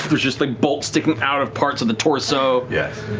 there's just like bolts sticking out of parts of the torso. yeah